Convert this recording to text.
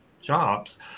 jobs